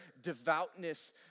devoutness